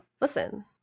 Listen